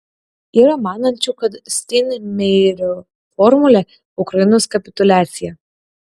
yra manančių kad steinmeierio formulė ukrainos kapituliacija